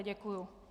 Děkuju.